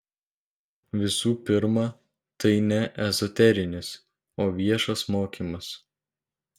visų pirma tai ne ezoterinis o viešas mokymas